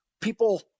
People